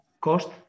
cost